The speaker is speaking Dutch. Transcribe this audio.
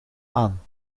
aan